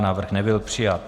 Návrh nebyl přijat.